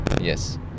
yes